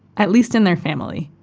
at least in their family.